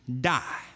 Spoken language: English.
die